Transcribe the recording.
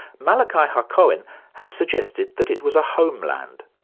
malachi hacohen has suggested that it was a homeland,